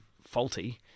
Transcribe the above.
faulty